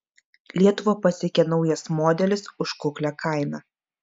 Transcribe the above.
lietuvą pasiekė naujas modelis už kuklią kainą